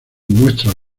muestras